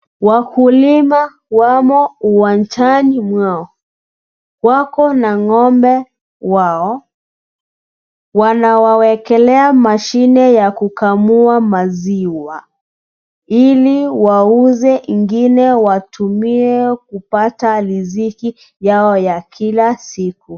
Wakulima wamo uwanjani mwao. Wako na ng'ombe wao. Wanawawekelea mashine ya kukamua maziwa ili wauze ingine watumie ili kupata riziki yao ya kila siku.